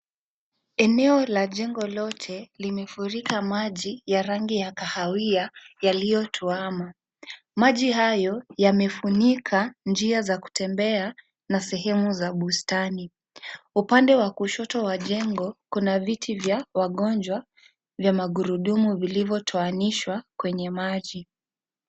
Eneo la jengo lote, limefurika maji, ya rangi ya kahawia, yaliotuama, maji hayo, yamefunika, njia za kutembe na sehemu za, bustani, upande wa kushoto wa jengo, kuna viti vya wagonjwa, vya magurudumu vilivyo toanishwa, kwenye maji.